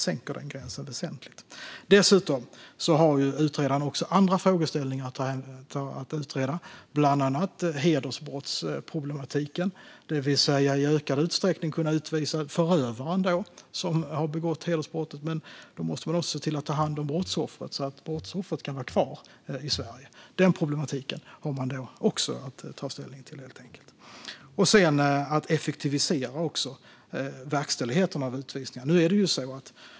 Utredaren har även andra frågeställningar att utreda, bland annat hedersbrottsproblematiken, det vill säga att i ökad utsträckning kunna utvisa förövaren som har begått hedersbrottet. Då måste man också se till att ta hand om brottsoffret så att brottsoffret kan vara kvar i Sverige. Den problematiken har man också att ta ställning till. Även verkställigheten av utvisningar måste effektiviseras.